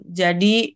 jadi